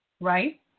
right